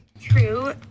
True